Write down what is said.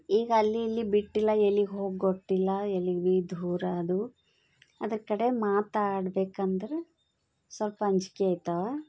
ಈಗ ಅಲ್ಲಿ ಇಲ್ಲಿ ಬಿಟ್ಟಿಲ್ಲ ಎಲ್ಲಿಗೆ ಹೋಗಿ ಗೊತ್ತಿಲ್ಲ ಎಲ್ಲಿಗೆ ಭೀ ದೂರ ಅದು ಅದ್ರ ಕಡೆ ಮಾತಾಡ್ಬೇಕೆಂದ್ರೆ ಸ್ವಲ್ಪ ಅಂಜಿಕೆ ಆಯ್ತವ